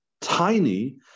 tiny